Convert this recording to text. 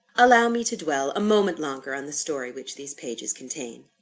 allow me to dwell a moment longer on the story which these pages contain.